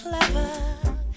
clever